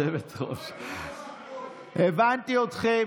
הבנתי אתכם.